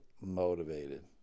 motivated